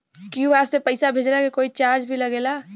QR से पैसा भेजला के कोई चार्ज भी लागेला?